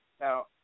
Now